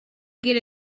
get